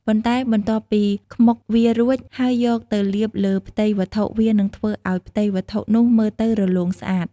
ប៉ុន្តែបន្ទាប់ពីខ្មុកវារួច ហើយយកទៅលាបលើផ្ទៃវត្ថុ វានឹងធ្វើឱ្យផ្ទៃវត្ថុនោះមើលទៅរលោងស្អាត